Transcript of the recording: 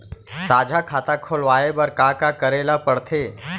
साझा खाता खोलवाये बर का का करे ल पढ़थे?